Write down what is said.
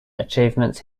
achievements